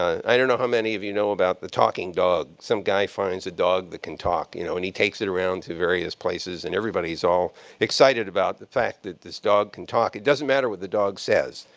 i don't know how many of you know about the talking dog, some guy finds a dog that can talk you know and he takes it around to various places. and everybody's all excited about the fact that this dog can talk. it doesn't matter what the dog says.